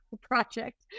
project